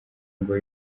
ngo